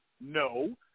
No